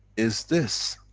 is this.